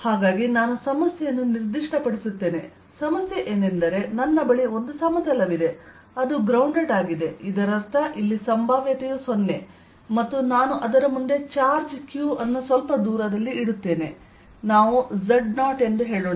ಆದ್ದರಿಂದ ನಾನು ಸಮಸ್ಯೆಯನ್ನು ನಿರ್ದಿಷ್ಟಪಡಿಸುತ್ತೇನೆ ಸಮಸ್ಯೆ ಏನೆಂದರೆ ನನ್ನ ಬಳಿ ಒಂದು ಸಮತಲವಿದೆ ಅದು ಗ್ರೌಂಡೆಡ್ ಆಗಿದೆ ಇದರರ್ಥ ಇಲ್ಲಿ ಸಂಭಾವ್ಯತೆಯು ಮತ್ತು ನಾನು ಅದರ ಮುಂದೆ ಚಾರ್ಜ್ q ಅನ್ನು ಸ್ವಲ್ಪದೂರದಲ್ಲಿ ಇಡುತ್ತೇನೆ ನಾವು z0 ಎಂದು ಹೇಳೋಣ